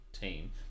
team